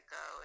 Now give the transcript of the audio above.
go